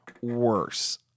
worse